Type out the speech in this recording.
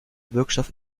wirkstoff